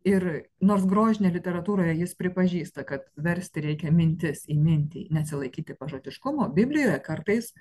ir nors grožinėje literatūroje jis pripažįsta kad versti reikia mintis į mintį nesilaikyti pažodiškumo biblijoje kartais